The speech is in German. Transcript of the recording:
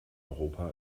europa